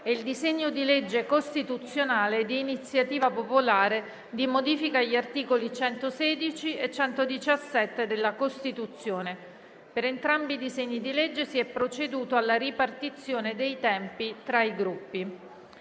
e il disegno di legge costituzionale di iniziativa popolare di modifica agli articoli 116 e 117 della Costituzione. Per entrambi i disegni di legge si è proceduto alla ripartizione dei tempi tra i Gruppi.